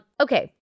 Okay